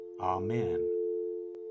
Amen